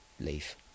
leave